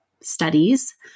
studies